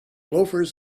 loafers